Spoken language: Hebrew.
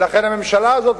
ולכן הממשלה הזאת,